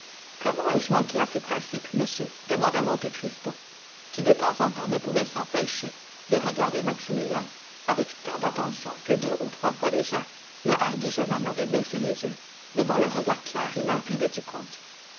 comment ai-je manqué à ces principes monsieur demanda monte cristo qui de temps en temps ne pouvait s'empêcher de regarder maximilien avec tant d'attention que deux ou trois fois déjà le hardi jeune homme avait baissé les yeux devant le regard clair et limpide du comte